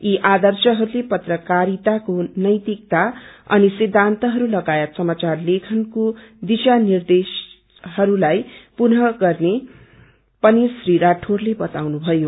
यी आदर्शहरूले पत्रकारिताको नैतिकता अनि सिद्धान्तहरू लगायत समाचार लेखनको दिशानिर्देशहरूलाई पूर्ण गर्ने पनि श्री राठौइले बताउनुभयो